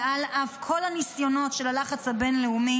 ועל אף כל הניסיונות של הלחץ הבין-לאומי,